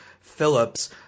Phillips